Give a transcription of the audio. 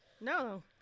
no